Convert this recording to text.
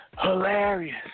Hilarious